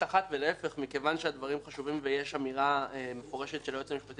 ולהפך כיון שהדברים חשובים ויש אמירה מפורשת של היועץ המשפטי לממשלה,